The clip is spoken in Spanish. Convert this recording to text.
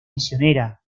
misionera